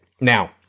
Now